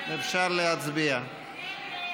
אפשר להצביע.